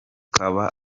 baba